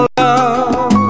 love